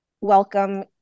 welcome